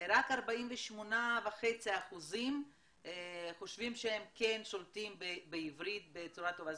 רק 48.5% חושבים שהם כן שולטים בעברית בצורה טובה.